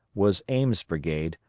was ames' brigade,